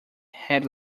had